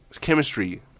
chemistry